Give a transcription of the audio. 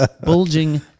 Bulging